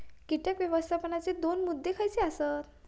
कीटक व्यवस्थापनाचे दोन मुद्दे खयचे आसत?